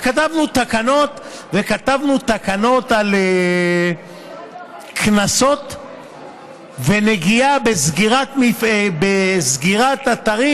וכתבנו תקנות על קנסות ונגיעה בסגירת אתרים,